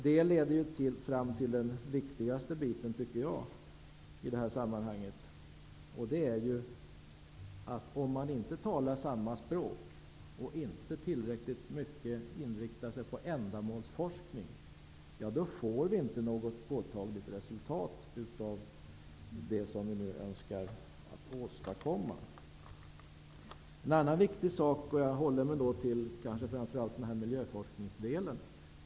Det leder fram till det som jag tycker är den viktigaste biten i det här sammanhanget, och det är ju att om man inte talar samma språk och inte tillräckligt mycket inriktar sig på ändamålsforskning, får vi inte något påtagligt resultat av det som vi nu önskar åstadkomma. En annan viktig sak är miljöforskningsdelen.